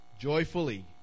joyfully